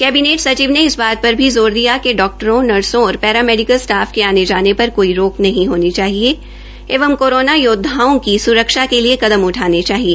cabinet सचिव ने इस बात पर भी ज़ात्र दिया कि डॉक्टरों नर्सो और पैरामेडिकल स्टाफ का आने जाने पर काई राक्र नहीं हामी चाहिए एवं कार्रामा याद्ववाओं की सुरक्षा के लिए कदम उठाने चाहिए